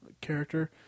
character